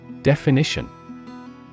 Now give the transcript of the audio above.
Definition